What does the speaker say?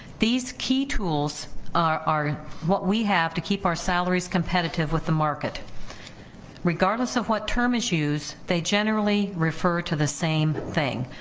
these key tools are what we have to keep our salaries competitive with the market regardless of what term is used they generally refer to the same thing,